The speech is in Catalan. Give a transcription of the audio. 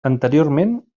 anteriorment